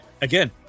Again